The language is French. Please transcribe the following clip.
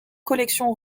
collection